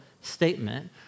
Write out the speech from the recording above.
statement